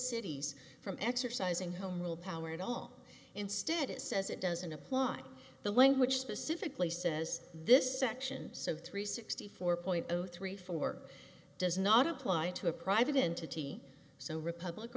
cities from exercising home rule power at all instead it says it doesn't apply the language specifically says this section so three sixty four point zero three four does not apply to a private entity so republic